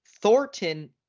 Thornton